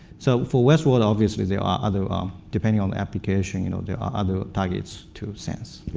so for waste water, obviously there are other ah depending on the application you know there are other targets to sense.